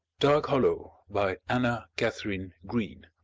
dark hollow by anna katharine green